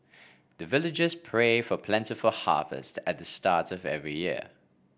the villagers pray for plentiful harvest at the start of every year